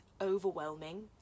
overwhelming